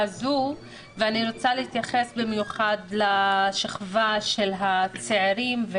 זו ואני רוצה להתייחס במיוחד לשכבה של הצעירים.